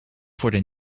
worden